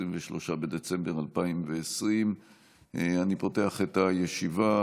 23 בדצמבר 2020. אני פותח את הישיבה,